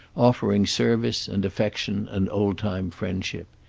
offering service and affection and old-time friendship.